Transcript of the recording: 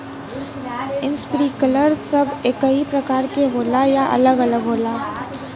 Sprinkler सब एकही प्रकार के होला या अलग अलग होला?